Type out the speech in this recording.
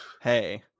Hey